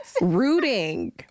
Rooting